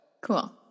Cool